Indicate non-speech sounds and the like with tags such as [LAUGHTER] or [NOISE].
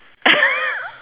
[LAUGHS]